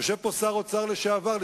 יושב פה שר אוצר לשעבר,